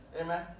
Amen